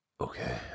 Okay